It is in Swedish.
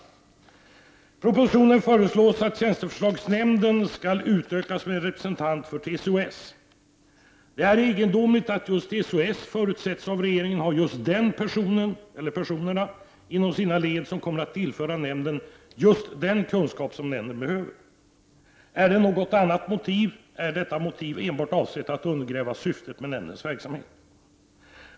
I propositionen föreslås att tjänsteförslagsnämnden skall utökas med en representant för TCO-S. Det är egendomligt att regeringen förutsätter att just TCO-S har den person eller de personer inom sina led som kommer att tillföra nämnden just den kunskap som nämnden behöver. Finns det något annat motiv, är detta motiv enbart avsett att undergräva syftet med nämndens verksamhet.